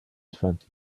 twenty